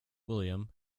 william